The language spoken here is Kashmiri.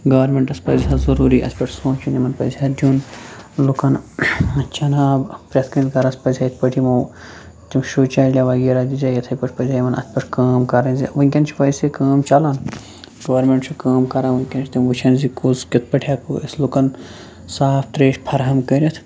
گورمٮ۪نٛٹَس پَزِ ہا ضٔروٗری اَتھ پٮ۪ٹھ سونٛچُن یِمَن پَزِ ہا دیُن لُکَن چٮ۪نہٕ آب پرٛٮ۪تھ کٲنٛسہِ گَرَس پَزِ ہا یِتھ پٲٹھۍ یِمو تِم شوچالیاہ وغیرہ دِژے یِتھَے پٲٹھۍ پَزِ ہا یِمَن اَتھ پٮ۪ٹھ کٲم کَرٕنۍ زِ وٕنۍکٮ۪ن چھِ ویسے کٲم چلان گورمٮ۪نٛٹ چھُ کٲم کَران وٕنۍکٮ۪نَس چھِ تِم وٕچھان زِ کُس کِتھ پٲٹھۍ ہٮ۪کو أسۍ لُکَن صاف ترٛیش فراہَم کٔرِتھ